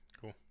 Cool